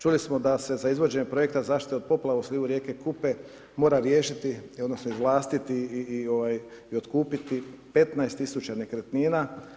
Čuli smo da se za izvođenje projekta zaštite od poplava u slivu rijeke Kupe mora riješiti odnosno izvlastiti i otkupiti 15 000 nekretnina.